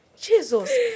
Jesus